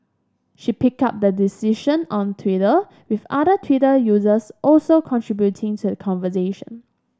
she picked up the discussion on Twitter with other Twitter users also contributing to a conversation